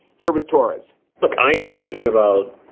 here was torez look, i am concerned about